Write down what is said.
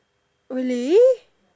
really